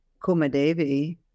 Kumadevi